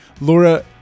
Laura